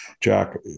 Jack